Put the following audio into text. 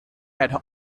had